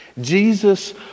Jesus